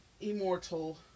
immortal